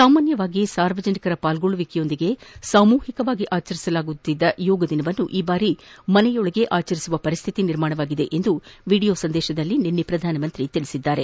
ಸಾಮಾನ್ಯವಾಗಿ ಸಾರ್ವಜನಿಕರ ಪಾಲ್ಗೊಳ್ದುವಿಕೆಯೊಂದಿಗೆ ಸಾಮೂಹಿಕವಾಗಿ ಆಚರಿಸಲಾಗುತ್ತಿದ್ದ ಯೋಗದಿನವನ್ನು ಈ ಬಾರಿ ಮನೆಯೊಳಗೆ ಆಚರಿಸುವ ಪರಿಸ್ಥಿತಿ ಬಂದಿದೆ ಎಂದು ವಿಡಿಯೋ ಸಂದೇಶದಲ್ಲಿ ಪ್ರಧಾನಮಂತ್ರಿ ತಿಳಿಸಿದ್ದಾರೆ